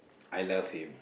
I love him